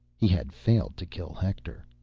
he had failed to kill hector.